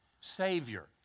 Savior